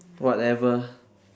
whatever